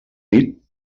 nit